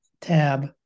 tab